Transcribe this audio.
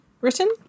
written